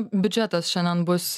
biudžetas šiandien bus